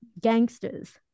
gangsters